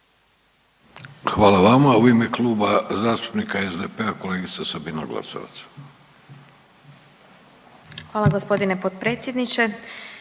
Hvala vama. U ime Kluba zastupnika SDP-a kolegica Sabina Glasovac. **Glasovac, Sabina